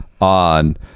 on